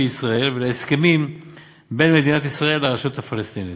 בישראל ולהסכמים בין מדינת ישראל לרשות הפלסטינית.